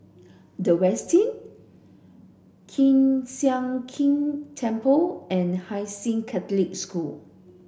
The Westin Kiew Sian King Temple and Hai Sing Catholic School